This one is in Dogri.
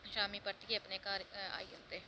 शामीं परतियै अपने घर ओह् आई जंदे